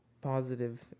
positive